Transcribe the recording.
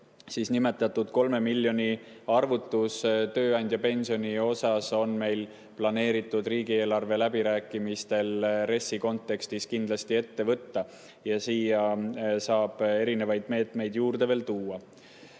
ja nimetatud 3 miljoni arvutus tööandjapensioni jaoks on meil planeeritud riigi eelarveläbirääkimistel, RES‑i kontekstis kindlasti ette võtta. Siia saab erinevaid meetmeid veel juurde tuua.